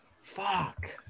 Fuck